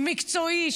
מקצועי,